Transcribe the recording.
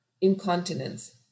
incontinence